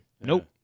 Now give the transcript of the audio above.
Nope